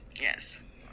Yes